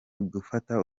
gufata